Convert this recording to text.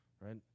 right